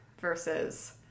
versus